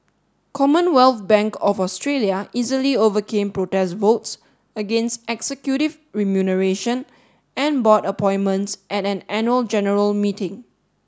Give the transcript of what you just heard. Commonwealth Bank of Australia easily overcame protest votes against executive remuneration and board appointments at an annual general meeting